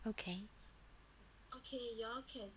okay